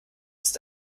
ist